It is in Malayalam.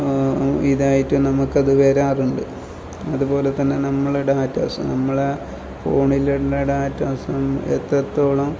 ഇതായിട്ടും നമുക്ക് അത് വരാറുണ്ട് അതുപോലെ തന്നെ നമ്മുടെ ഡാറ്റാസും നമ്മളെ ഫോണിലുള്ള ഡാറ്റാസും എത്രത്തോളം